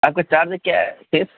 آپ کا چارج کیا ہے فیس